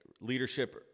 leadership